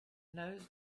knows